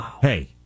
Hey